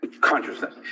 consciousness